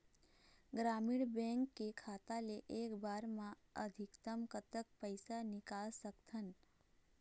ग्रामीण बैंक के खाता ले एक बार मा अधिकतम कतक पैसा निकाल सकथन?